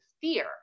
fear